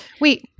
Wait